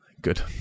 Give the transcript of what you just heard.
good